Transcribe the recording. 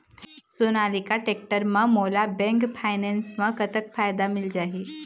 Sonalika tractor म मोला bank finance म कतक फायदा मिल जाही?